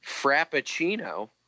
frappuccino